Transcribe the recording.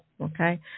okay